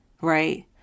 Right